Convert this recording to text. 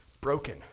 Broken